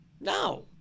No